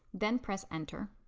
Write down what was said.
then press enter.